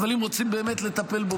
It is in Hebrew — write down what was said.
אבל אם רוצים באמת לטפל בו,